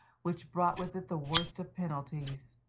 which brought with it the worst of penalties.